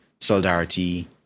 solidarity